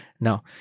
Now